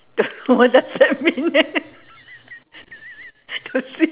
what does that mean eh